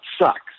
sucks